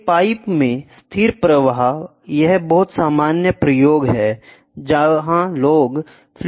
एक पाइप में स्थिर प्रवाह यह बहुत सामान्य प्रयोग है जहां लोग फ्लूड मैकेनिक करते हैं